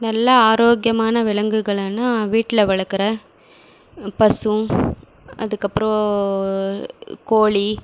நல்லா ஆரோக்கியமான விலங்குகள்லானா வீட்டில வளர்க்கற ம் பசும் அதுக்கப்புறோம் கோழி